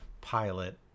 pilot